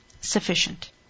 sufficient